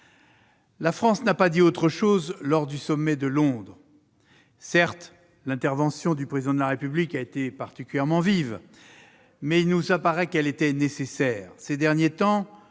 La France n'a pas dit autre chose lors du sommet de Londres. Certes, l'intervention du Président de la République a été particulièrement vive, mais elle était nécessaire. Ces derniers temps,